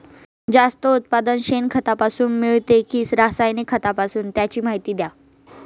जास्त उत्पादन शेणखतापासून मिळते कि रासायनिक खतापासून? त्याची माहिती द्या